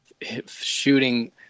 shooting